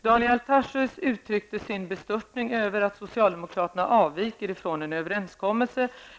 Daniel Tarschys uttryckte sin bestörtning över att socialdemokraterna avviker från en överenskommelse.